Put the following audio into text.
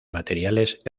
materiales